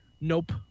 Nope